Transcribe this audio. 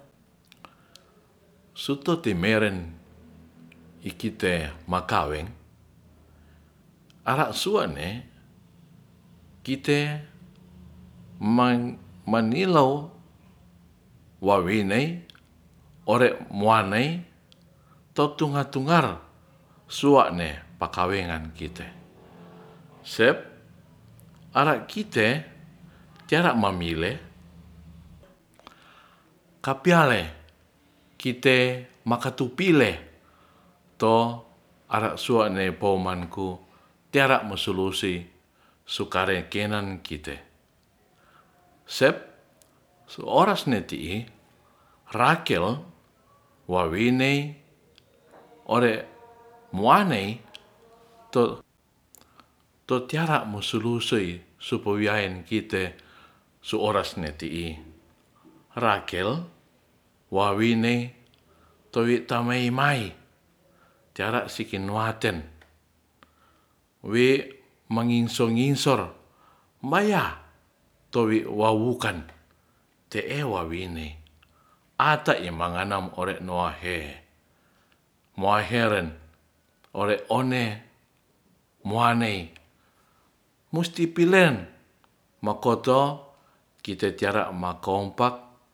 Sutu'timeren ikite makaweng ara'suwa'ne kite mang manilow wawiney ore'wuwaney to'tu tungar-tungare suwa'ne pakwengan kite sep ara'kite teara'mamile kapiale kite makatupile to ara'suwane poumanku teara mosulusi sukare kennen kite sep su'oras ne'ti'i rakel wawiney ore'muaney tu tiara mo susuluy supuwiaien kite su'oras ne'ti'i rakel wawiney towi tamei-mai teara sikin waten wi' mangingsor ngingsor maia towi'wawukan te'e wawine a'ta yamangana mo'ore nowahe moaiheren ore'one moanei musti pilen makoto kite tiara makompak